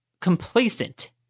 complacent